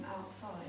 outside